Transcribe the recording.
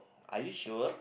are you sure